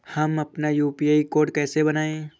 हम अपना UPI code कैसे बनाएँ?